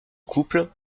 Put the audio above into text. couple